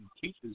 teachers